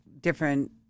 different